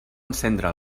encendre